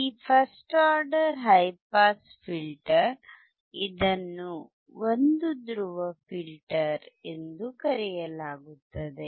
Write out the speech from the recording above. ಈ first order high pass filter ಇದನ್ನು ಒಂದು ಧ್ರುವ ಫಿಲ್ಟರ್ ಎಂದೂ ಕರೆಯಲಾಗುತ್ತದೆ